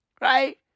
right